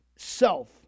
Self